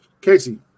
Casey